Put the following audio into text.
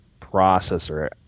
processor